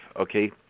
okay